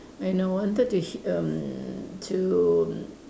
and I wanted to h~ erm to